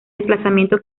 desplazamiento